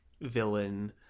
villain